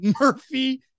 Murphy